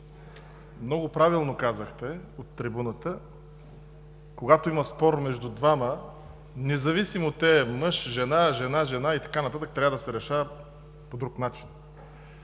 много правилно казахте от трибуната, че, когато има спор между двама, независимо „мъж – жена“, „жена – жена“ и така нататък, трябва да се решава по друг начин.